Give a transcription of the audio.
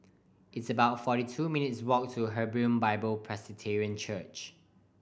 it's about forty two minutes' walk to Hebron Bible Presbyterian Church